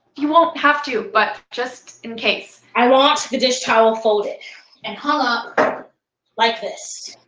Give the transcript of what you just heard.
you won't have to. but just in case. i want the dishtowel folded and hung up like this.